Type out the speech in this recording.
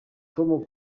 tom